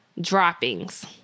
droppings